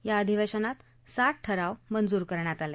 या अधिवेशनात सात ठराव मंजूर करण्यात आलं